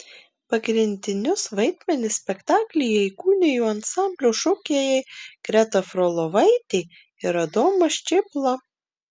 pagrindinius vaidmenis spektaklyje įkūnijo ansamblio šokėjai greta frolovaitė ir adomas čėpla